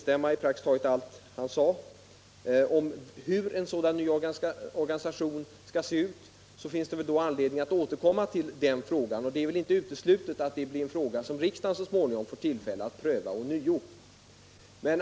instämma i praktiskt taget allt han sade — och som gällde hur en ny organisation skall se ut finns det anledning att återkomma till denna. Det är inte uteslutet att den blir en fråga som riksdagen får tillfälle att pröva ånyo.